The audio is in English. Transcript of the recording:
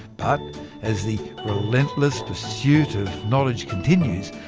but as the relentless pursuit of knowledge continues,